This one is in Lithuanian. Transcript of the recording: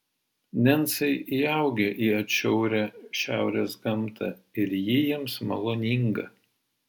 nencai įaugę į atšiaurią šiaurės gamtą ir ji jiems maloninga